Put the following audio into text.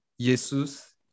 Jesus